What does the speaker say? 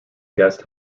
guest